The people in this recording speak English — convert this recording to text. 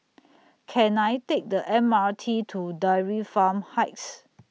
Can I Take The M R T to Dairy Farm Heights